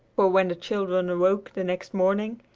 for when the children awoke the next morning,